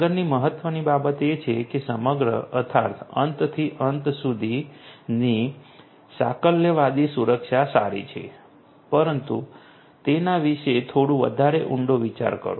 આગળની મહત્ત્વની બાબત એ છે કે સમગ્ર અર્થાત અંત થી અંતસુધી ની સાકલ્યવાદી સુરક્ષા સારી છે પરંતુ તેના વિશે થોડું વધારે ઊંડો વિચાર કરો